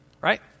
Right